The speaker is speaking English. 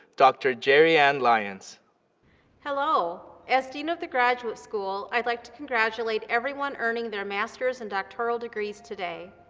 dr. jeri-anne lyons hello, as dean of the graduate school, i'd like to congratulate everyone earning their master's and doctoral degrees today.